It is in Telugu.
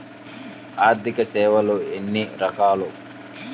ఆర్థిక సేవలు ఎన్ని రకాలు?